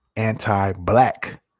anti-black